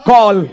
Call